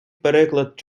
переклад